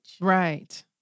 Right